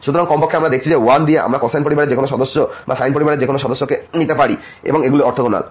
সুতরাং কমপক্ষে আমরা দেখেছি যে 1 দিয়ে আমরা কোসাইন পরিবারের যে কোন সদস্য বা সাইন পরিবারের যে কোন সদস্যকে নিতে পারি এবং এগুলি অর্থগোনাল